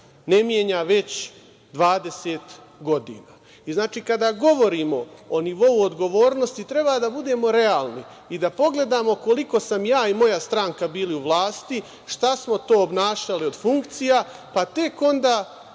ne menja već 20 godina. Znači, kada govorimo o nivou odgovornosti treba da budemo realni i da pogledamo koliko sam ja i moja stranka bili u vlasti, šta smo to obavljali od funkcija, pa tek onda